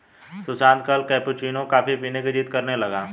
सुशांत कल cappuccino coffee पीने की जिद्द करने लगा